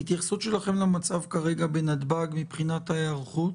ההתייחסות שלכם למצב כרגע בנתב"ג מבחינת ההיערכות?